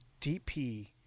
DP